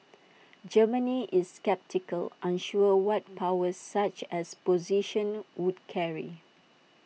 Germany is sceptical unsure what powers such A position would carry